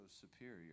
superior